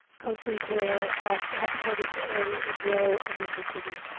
countries where hepatitis a is low endemicity.